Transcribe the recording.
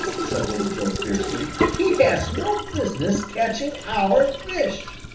said little joe fiercely. he has no business catching our fish!